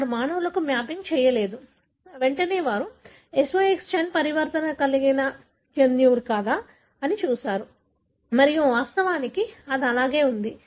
వారు మానవులకు మ్యాపింగ్ చేయలేదు వెంటనే వారు SOX10 పరివర్తన చెందిన జన్యువు కాదా అని చూశారు మరియు వాస్తవానికి అది అలానే ఉంది